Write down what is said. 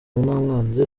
n’umwanzi